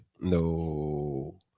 No